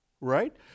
right